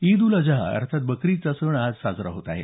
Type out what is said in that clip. ईद उल अजहा अर्थात बकरी ईदचा सण आज साजरा होत आहे